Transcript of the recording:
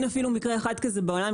אין אפילו מקרה אחד כזה בעולם.